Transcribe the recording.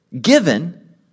given